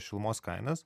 šilumos kainas